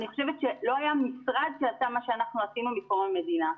אני חושבת שלא היה משרד שעשה את מה שאנחנו עשינו מקום המדינה.